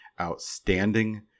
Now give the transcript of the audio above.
outstanding